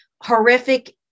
horrific